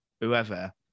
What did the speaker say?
whoever